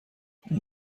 اون